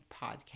Podcast